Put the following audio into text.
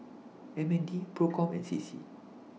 MND PROCOM and CC